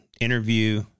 interview